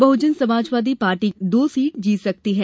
बहुजन Samajwadi party दो seat जीत सकती है